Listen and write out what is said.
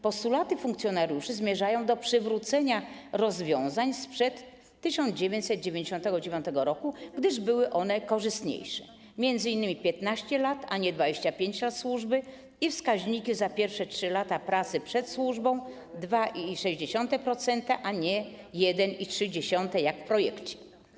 Postulaty funkcjonariuszy zmierzają do przywrócenia rozwiązań sprzed 1999 r., gdyż były one korzystniejsze, chodzi m.in. o 15 lat, a nie 25 lat służby i wskaźniki za pierwsze 3 lata pracy przed służbą - 2,6%, a nie 1,3% jak w projekcie.